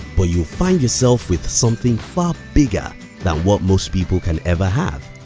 but you'll find yourself with something far bigger than what most people can ever have.